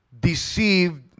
deceived